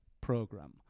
program